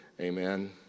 Amen